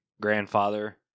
grandfather